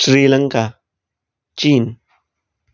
श्रीलंका चीन